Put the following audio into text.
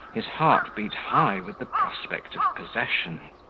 his heart beat high with the prospect of possession.